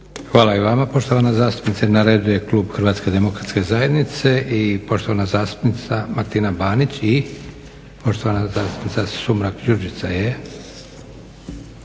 Hvala i vama poštovana zastupnice. Na redu je klub Hrvatske demokratske zajednice i poštovana zastupnica Martina Banić i poštovana zastupnica Sumrak Đurđica.